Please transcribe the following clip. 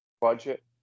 budget